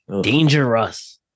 dangerous